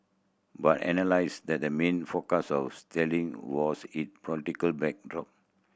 but analyst said the main focus of sterling was it political backdrop